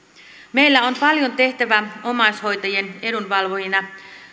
meillä on paljon tehtävää omaishoitajien edunvalvojina